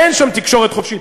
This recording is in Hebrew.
אין שם תקשורת חופשית.